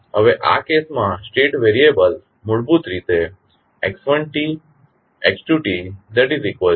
તેથી હવે આ કેસમાં સ્ટેટ વેરીએબલ્સ મૂળભૂત રીતે x1 x2 ec i છે